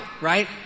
right